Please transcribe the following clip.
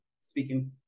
speaking